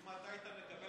אם אתה היית מקבל 53,